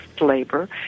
labor